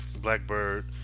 blackbird